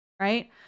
right